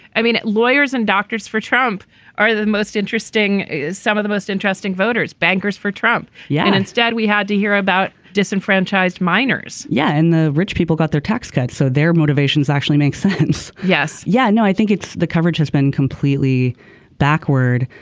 i mean lawyers and doctors for trump are the most interesting is some of the most interesting voters bankers for trump. yeah. and instead we had to hear about disenfranchised minors yeah and the rich people got their tax cut. so their motivations actually make sense. yes. yeah. no i think the coverage has been completely backward.